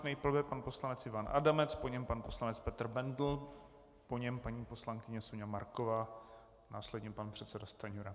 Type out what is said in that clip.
Nejprve pan poslanec Ivan Adamec, po něm pan poslanec Petr Bendl, po něm paní poslankyně Soňa Marková, následně pan předseda Stanjura.